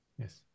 Yes